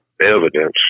evidence